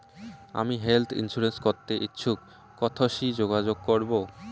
আমি health insurance করতে ইচ্ছুক কথসি যোগাযোগ করবো?